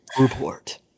report